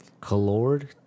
colored